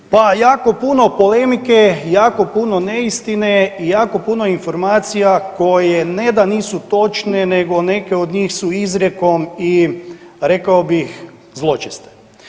Pa jako puno polemike je, jako puno neistine i jako puno informacija koje ne da nisu točne nego neke od njih su izrijekom i rekao bih zločeste.